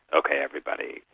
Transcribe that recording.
okay everybody,